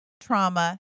trauma